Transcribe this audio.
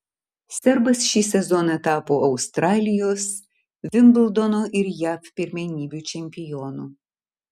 serbas šį sezoną tapo australijos vimbldono ir jav pirmenybių čempionu